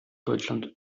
deutschland